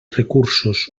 recursos